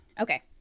okay